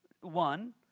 one